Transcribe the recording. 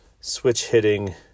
switch-hitting